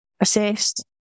assessed